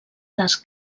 les